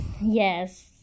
Yes